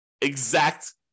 exact